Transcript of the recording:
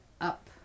Up